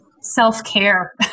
self-care